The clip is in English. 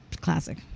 classic